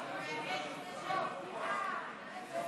העבירות המינהליות (תיקון